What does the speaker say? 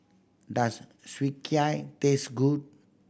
does Sukiyaki taste good